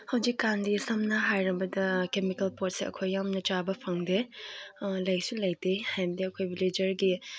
ꯍꯧꯖꯤꯛ ꯀꯥꯟꯗꯤ ꯁꯝꯅ ꯍꯥꯏꯔꯕꯗ ꯀꯦꯃꯤꯀꯦꯜ ꯄꯣꯠꯁꯦ ꯑꯩꯈꯣꯏ ꯌꯥꯝꯅ ꯆꯥꯕ ꯐꯪꯗꯦ ꯂꯩꯁꯨ ꯂꯩꯇꯦ ꯍꯥꯏꯕꯗꯤ ꯑꯩꯈꯣꯏ ꯚꯤꯜꯂꯦꯖꯔꯒꯤ